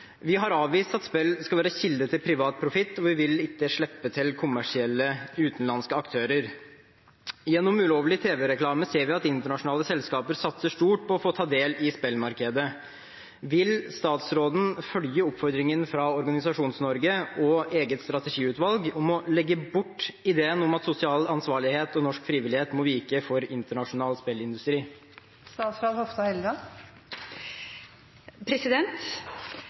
Vi har avvist at spill skal være kilde til privat profitt, og vil ikke slippe til kommersielle utenlandske aktører. Gjennom ulovlig tv-reklame ser vi at internasjonale selskaper satser stort på å få del i spillmarkedet. Vil statsråden følge oppfordringen fra Organisasjons-Norge og eget strategiutvalg om å legge bort ideen om at sosial ansvarlighet og norsk frivillighet må vike for internasjonal spillindustri?»